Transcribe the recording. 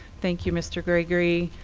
thank you, mr. gregory.